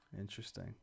Interesting